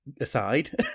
aside